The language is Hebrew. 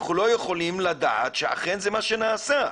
אנחנו לא יכולים לדעת שאכן זה מה שנעשה.